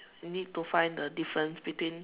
you need to find the difference between